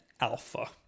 alpha